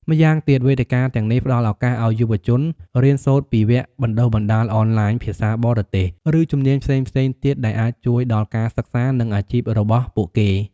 ម្យ៉ាងទៀតវេទិកាទាំងនេះផ្តល់ឱកាសឱ្យយុវជនរៀនសូត្រពីវគ្គបណ្តុះបណ្តាលអនឡាញ ភាសាបរទេស ឬជំនាញផ្សេងៗទៀត ដែលអាចជួយដល់ការសិក្សា និងអាជីពរបស់ពួកគេ។